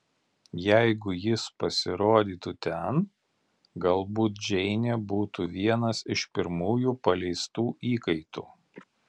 jeigu jis pasirodytų ten galbūt džeinė būtų vienas iš pirmųjų paleistų įkaitų